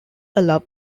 allow